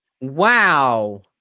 Wow